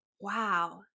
wow